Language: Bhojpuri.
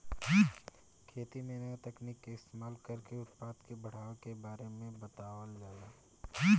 खेती में नया तकनीक के इस्तमाल कर के उत्पदान के बढ़ावे के बारे में बतावल जाता